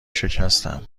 شکستم